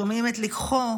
שומעים את לקחו,